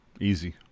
easy